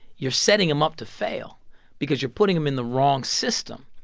you're setting him up to fail because you're putting him in the wrong system.